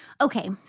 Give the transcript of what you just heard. Okay